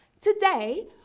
Today